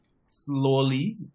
slowly